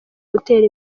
gutera